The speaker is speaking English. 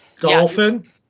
Dolphin